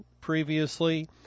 previously